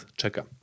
czeka